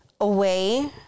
away